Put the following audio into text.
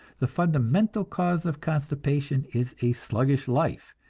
the fundamental cause of constipation is a sluggish life,